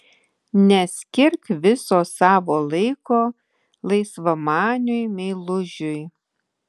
neskirk viso savo laiko laisvamaniui meilužiui